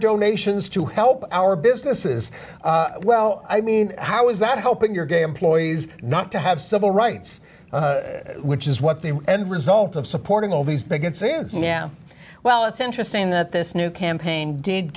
donations to help our businesses well i mean how is that helping your gay employees not to have civil rights which is what the end result of supporting all these began says yeah well it's interesting that this new campaign did